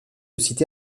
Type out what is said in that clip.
cité